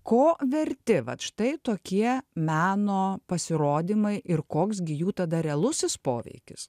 ko verti vat štai tokie meno pasirodymai ir koks gi jų tada realusis poveikis